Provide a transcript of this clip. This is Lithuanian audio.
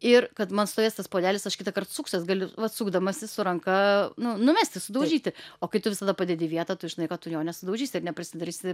ir kad man stovės tas puodelis aš kitąkart suksiuos galiu vat sukdamasi su ranka nu numesti sudaužyti o kai tu visada padedi į vietą tu žinai kad tu jo nesudaužysi ir neprisidarysi